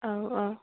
औ औ